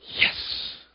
yes